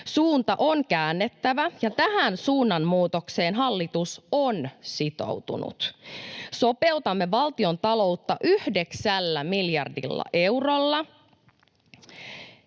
Suunta on käännettävä, ja tähän suunnanmuutokseen hallitus on sitoutunut. Sopeutamme valtiontaloutta yhdeksällä miljardilla eurolla,